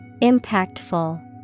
Impactful